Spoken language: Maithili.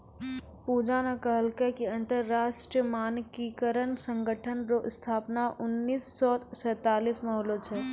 पूजा न कहलकै कि अन्तर्राष्ट्रीय मानकीकरण संगठन रो स्थापना उन्नीस सौ सैंतालीस म होलै